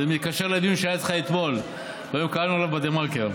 זה מתקשר לדיון שהיה איתך אתמול והיום קראנו עליו בדה-מרקר,